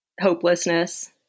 hopelessness